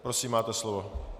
Prosím, máte slovo.